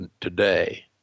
today